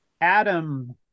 Adam